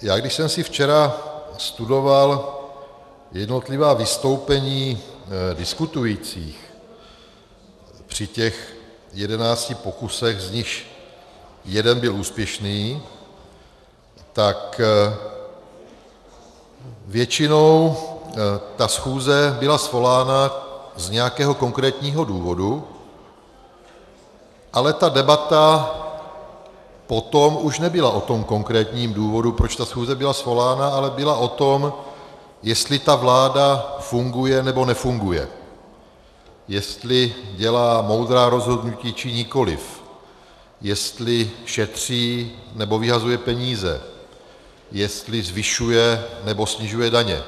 Když jsem si včera studoval jednotlivá vystoupení diskutujících při těch jedenácti pokusech, z nichž jeden byl úspěšný, tak většinou ta schůze byla svolána z nějakého konkrétního důvodu, ale ta debata potom už nebyla o tom konkrétním důvodu, proč ta schůze byla svolána, ale byla o tom, jestli ta vláda funguje nebo nefunguje, jestli dělá moudrá rozhodnutí či nikoliv, jestli šetří nebo vyhazuje peníze, jestli zvyšuje nebo snižuje daně.